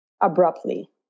abruptly